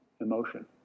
emotion